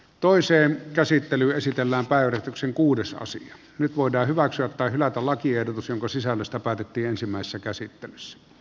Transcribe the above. toiseen käsittely esitellään päivityksi kuudesosa nyt voidaan hyväksyä tai hylätä lakiehdotus jonka sisällöstä päätettiin ensimmäisessä käsittelyssä